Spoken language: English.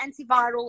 antiviral